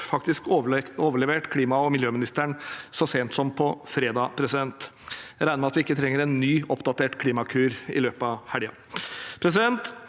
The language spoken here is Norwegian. som monner 4579 ma- og miljøministeren så sent som på fredag. Jeg regner med at vi ikke trenger en ny oppdatert Klimakur i løpet av helgen.